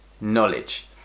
knowledge